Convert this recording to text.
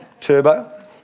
Turbo